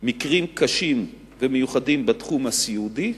מקרים קשים ומיוחדים בתחום הסיעודי.